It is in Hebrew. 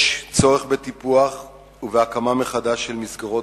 יש צורך בטיפוח ובהקמה מחדש של מסגרות